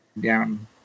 down